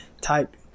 type